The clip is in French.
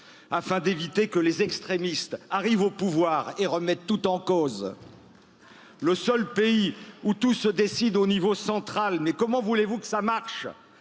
afin d'éviter que les extrémistes arrivent au pouvoir et remettent tout en cause. le seul pays où tout se décide au niveau central, mais comment voulez vous que cela marche,